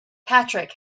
patrick